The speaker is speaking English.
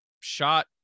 shot